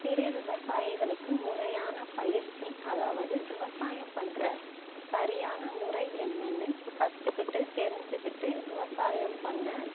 சிறு விவசாயிகளுக்கு முறையான பயிற்சி அதாவது விவசாயம் பண்ணுற சரியான முறை என்னெனனு கற்றுக்கிட்டு தெரிஞ்சுக்கிட்டு விவசாயம் பண்ண